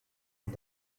and